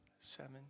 Seven